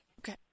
Okay